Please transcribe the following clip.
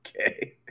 Okay